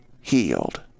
healed